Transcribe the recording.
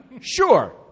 Sure